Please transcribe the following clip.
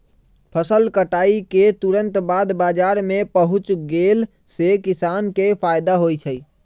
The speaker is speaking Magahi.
फसल कटाई के तुरत बाद बाजार में पहुच गेला से किसान के फायदा होई छई